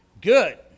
Good